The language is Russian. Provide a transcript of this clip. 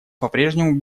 попрежнему